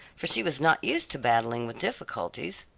for she was not used to battling with difficulties.